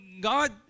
God